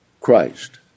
Christ